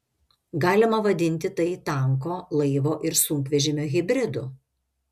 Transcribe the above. galima vadinti tai tanko laivo ir sunkvežimio hibridu